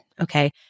Okay